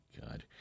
god